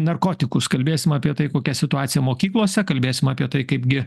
narkotikus kalbėsim apie tai kokia situacija mokyklose kalbėsim apie tai kaipgi